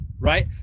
right